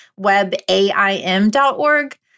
webaim.org